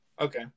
Okay